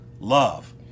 love